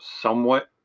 somewhat